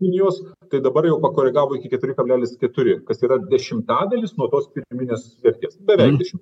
kinijos tai dabar jau pakoregavo iki keturi kablelis keturi kas yra dešimtadalis nuo tos pirminės vertės beveik dešim